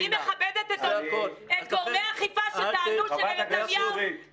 אני מכבדת את גורמי האכיפה שטענו שלנתניהו